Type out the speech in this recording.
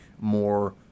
more